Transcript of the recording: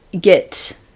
get